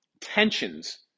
tensions